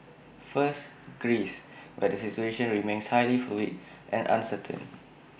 first Greece where the situation remains highly fluid and uncertain